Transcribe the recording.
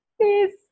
please